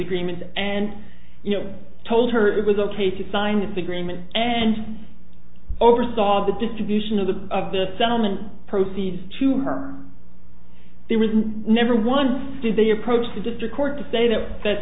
agreements and you know told her it was ok to sign this agreement and oversaw the distribution of the of the settlement proceeds to her there was never once did they approach the district court to say that that